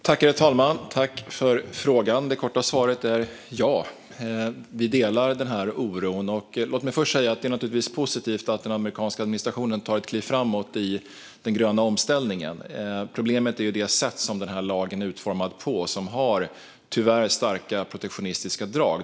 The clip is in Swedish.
Herr talman! Jag tackar för frågan. Det korta svaret är: Ja, vi delar oron. Låt mig först säga att det naturligtvis är positivt att den amerikanska administrationen tar ett kliv framåt i den gröna omställningen. Problemet är det sätt lagen är utformad på, som gör att den tyvärr har starka protektionistiska drag.